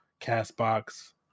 CastBox